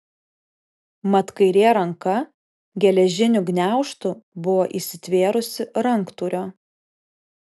mat kairė ranka geležiniu gniaužtu buvo įsitvėrusi ranktūrio